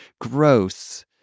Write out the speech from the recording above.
Gross